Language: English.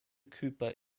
cooper